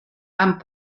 amb